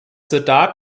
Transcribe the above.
soldat